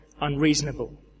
unreasonable